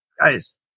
guys